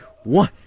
one